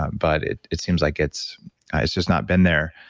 um but it it seems like it's it's just not been there.